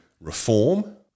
reform